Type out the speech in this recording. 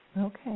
Okay